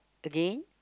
again